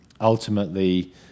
ultimately